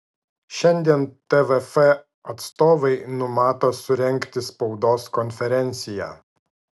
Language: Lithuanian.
šiandien tvf atstovai numato surengti spaudos konferenciją